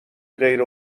غیر